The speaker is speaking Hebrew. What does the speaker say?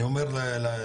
אני אומר לכולם,